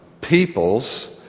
peoples